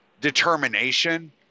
determination